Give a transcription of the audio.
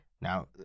Now